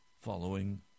Following